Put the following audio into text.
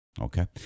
Okay